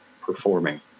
performing